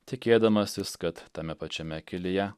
tikėdamasis kad tame pačiame kelyje